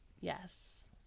Yes